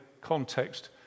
context